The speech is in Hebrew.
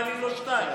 מעלים לו רק ב-2,